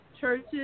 churches